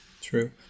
true